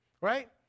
right